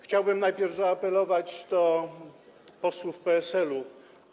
Chciałbym najpierw zaapelować do posłów PSL-u.